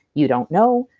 you don't know,